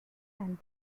and